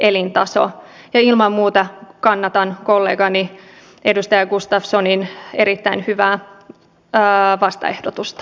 ja ilman muuta kannatan kollegani edustaja gustafssonin erittäin hyvää vastaehdotusta